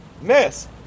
Miss